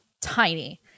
tiny